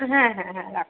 হ্যাঁ হ্যাঁ হ্যাঁ রাখুন